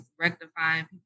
rectifying